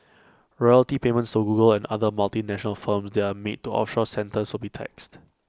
royalty payments so Google and other multinational firms that are made to offshore centres will be taxed